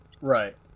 right